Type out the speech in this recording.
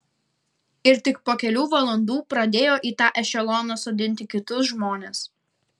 ir tik po kelių valandų pradėjo į tą ešeloną sodinti kitus žmones